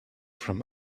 from